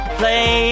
play